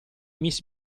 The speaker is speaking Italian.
miss